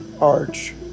arch